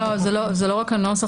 אבל זה לא רק הנוסח,